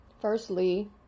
firstly